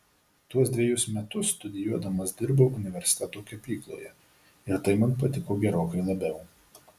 tuos dvejus metus studijuodamas dirbau universiteto kepykloje ir tai man patiko gerokai labiau